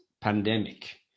pandemic